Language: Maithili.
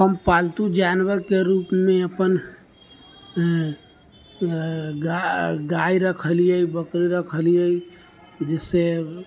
हम पालतू जानवरके रुपमे अपन गाय रखलियै बकरी रखलियै जिससँ